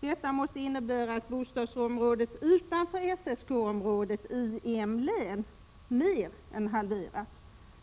Detta måste innebära att näringslivet i storstadsbostadsbyggandet utanför SSK-området i M-län mer än halverats.